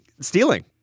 Stealing